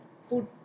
food